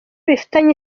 bifitanye